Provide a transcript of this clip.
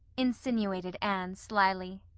insinuated anne slyly.